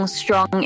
strong